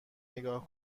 نگاه